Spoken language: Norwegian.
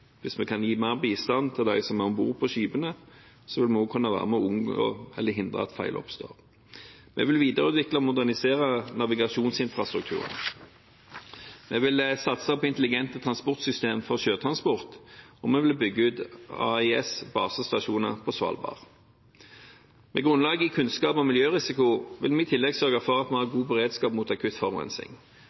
Hvis vi kan gi mer bistand til dem som er om bord på skipene, vil man også kunne være med på å hindre at feil oppstår. Vi vil videreutvikle og modernisere navigasjonsinfrastrukturen. Vi vil satse på intelligent transportsystem for sjøtransport, og vi vil bygge ut AIS-basestasjoner på Svalbard. Med grunnlag i kunnskap om miljørisiko vil vi i tillegg sørge for at vi har god beredskap mot akutt